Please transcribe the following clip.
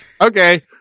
Okay